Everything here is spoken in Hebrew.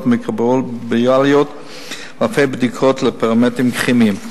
מיקרוביאליות ואלפי בדיקות לפרמטרים כימיים.